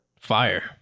Fire